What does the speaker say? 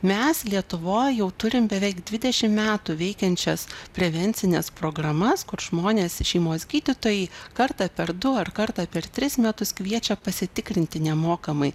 mes lietuvoj jau turim beveik dvidešim metų veikiančias prevencines programas kur žmonės šeimos gydytojai kartą per du ar kartą per tris metus kviečia pasitikrinti nemokamai